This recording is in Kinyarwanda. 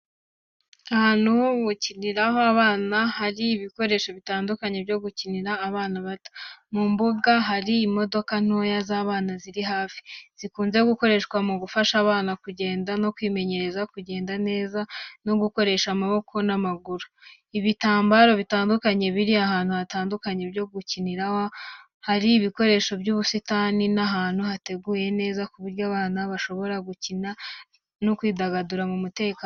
Ahantu ho gukiniraho abana, hari ibikoresho bitandukanye byo gukinira abana bato. Mu mbuga hari imodoka ntoya z'abana ziri hafi, zikunze gukoreshwa mu gufasha abana kugenda no kwimenyereza kugenda neza no gukoresha amaboko n’amaguru. Ibitambaro bitandukanye biri ahantu hatandukanye byo gukiniraho abana. Hari ibikoresho by'ubusitani n'ahantu hateguwe neza ku buryo abana bashobora gukina no kwidagadura mu mutekano.